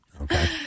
Okay